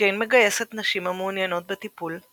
ג'ין מגייסת נשים המעוניינות בטיפול,